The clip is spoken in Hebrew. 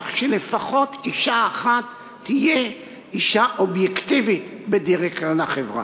כך שלפחות אישה אחת תהיה אישה אובייקטיבית בדירקטוריון החברה.